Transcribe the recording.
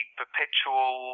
perpetual